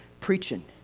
preaching